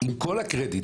עם כל הקרדיט,